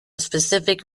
specific